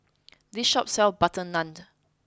this shop sells butter naan